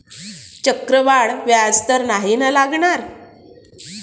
चक्रवाढ व्याज तर नाही ना लागणार?